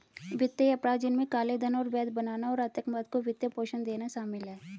वित्तीय अपराध, जिनमें काले धन को वैध बनाना और आतंकवाद को वित्त पोषण देना शामिल है